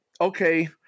okay